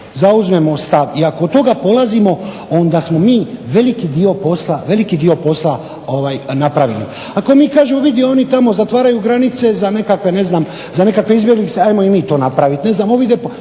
zauzmemo stav i ako od toga polazimo onda smo mi veliki dio posla napravili. Ako mi kažemo, vidi oni tamo zatvaraju granice za nekakve izbjeglice, ajmo i mi to napraviti,